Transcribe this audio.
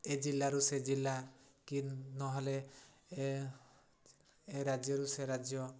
ଏ ଜିଲ୍ଲାରୁ ସେ ଜିଲ୍ଲା କି ନହେଲେ ଏ ରାଜ୍ୟରୁ ସେ ରାଜ୍ୟ